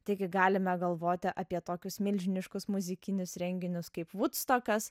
taigi galime galvoti apie tokius milžiniškus muzikinius renginius kaip vudstokas